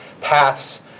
paths